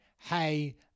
hey